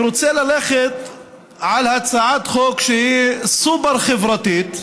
אני רוצה ללכת על הצעת חוק שהיא סופר-חברתית,